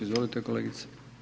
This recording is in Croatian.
Izvolite kolegice.